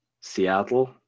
Seattle